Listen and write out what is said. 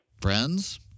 Friends